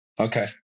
Okay